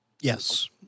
yes